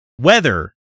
Weather